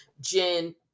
Jen